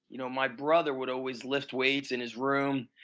you know my brother would always lift weights in his room.